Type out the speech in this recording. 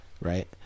right